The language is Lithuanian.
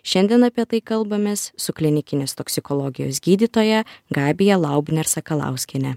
šiandien apie tai kalbamės su klinikinės toksikologijos gydytoja gabija laubner sakalauskiene